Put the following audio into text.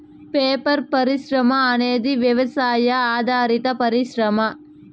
paper పరిశ్రమ అనేది వ్యవసాయ ఆధారిత పరిశ్రమ